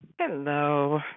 Hello